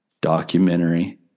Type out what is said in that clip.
documentary